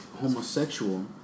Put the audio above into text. homosexual